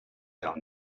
down